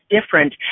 different